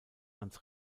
ans